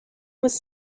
was